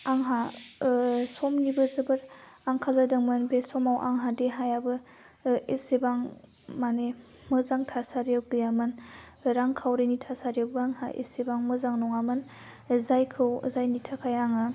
आंहा समनिबो जोबोत आंखाल जादोंमोन बे समाव आंहा देहायाबो एसेबां माने मोजां थासारियाव गैयामोन रां खावरिनि थासारियावबो आंहा एसेबां मोजां नङामोन जायखौ जायनि थाखाय आङो